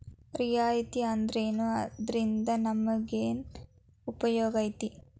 ರಿಯಾಯಿತಿ ಅಂದ್ರೇನು ಅದ್ರಿಂದಾ ನಮಗೆನ್ ಉಪಯೊಗೈತಿ?